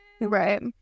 Right